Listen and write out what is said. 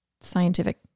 scientific